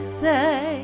say